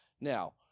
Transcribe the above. Now